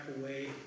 away